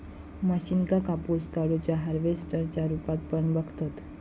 मशीनका कापूस काढुच्या हार्वेस्टर च्या रुपात पण बघतत